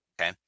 Okay